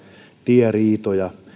tieriitoja